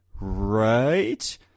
Right